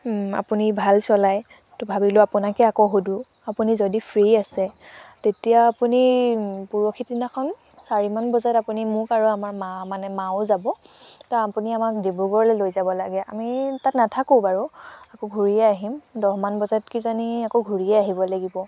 আপুনি ভাল চলায় তহ ভাবিলোঁ আপোনাকে আকৌ সোধোঁ আপুনি যদি ফ্ৰী আছে তেতিয়া আপুনি পৰহিদিনাখন চাৰিমান বজাত মোক আৰু আমাৰ মাক মানে মাও যাব তহ আপুনি আমাক ডিব্ৰুগড়লৈ লৈ যাব লাগে আমি তাত নাথাকোঁ বাৰু আকৌ ঘূৰিয়ে আহিম দহমান বজাত কিজানি আকৌ ঘূৰিয়ে আহিব লাগিব